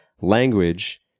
language